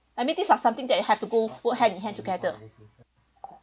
I mean these are something that it have to go go hand in hand together